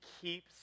keeps